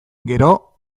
gero